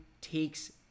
takes